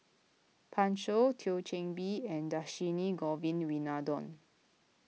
Pan Shou Thio Chan Bee and Dhershini Govin Winodan